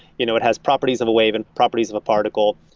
you know it has properties of a wave and properties of a particle.